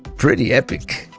pretty epic.